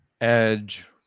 Edge